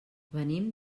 venim